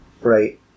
right